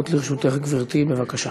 הזמנים, כי אנחנו בלילה ארוך.